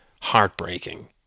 heartbreaking